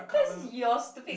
that's your stupid